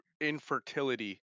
infertility